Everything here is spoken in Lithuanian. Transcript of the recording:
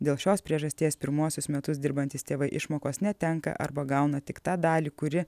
dėl šios priežasties pirmuosius metus dirbantys tėvai išmokos netenka arba gauna tik tą dalį kuri